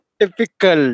typical